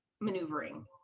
maneuvering